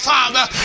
Father